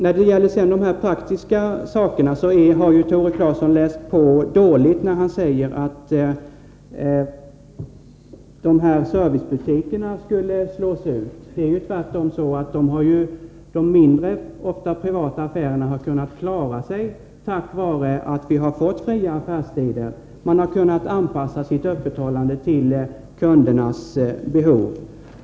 När det gäller de praktiska frågorna har Tore Claeson läst på dåligt, när han säger att servicebutikerna skulle slås ut. Det är tvärtom så att de mindre, ofta privata, affärerna har kunnat klara sig tack vare att vi fått fria affärstider. De har kunnat anpassa sitt öppethållande till kundernas behov.